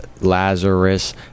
Lazarus